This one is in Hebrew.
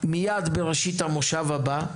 מיד בראשית המושב הבא.